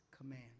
command